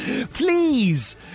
please